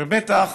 ובטח